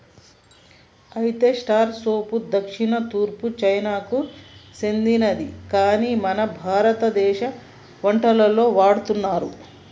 అయితే స్టార్ సోంపు దక్షిణ తూర్పు చైనాకు సెందినది కాని మన భారతదేశ వంటలలో వాడుతున్నారు